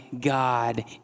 God